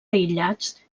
aïllats